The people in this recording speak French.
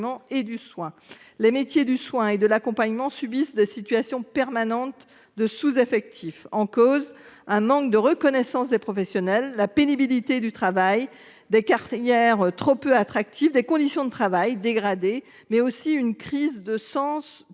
et du soin. Les métiers du soin et de l’accompagnement subissent des situations permanentes de sous effectif. En cause : un manque de reconnaissance des professionnels, la pénibilité du travail, des carrières trop peu attractives, des conditions de travail dégradées, mais aussi une crise de sens